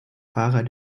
fahrer